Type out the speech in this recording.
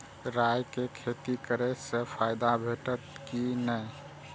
राय के खेती करे स फायदा भेटत की नै?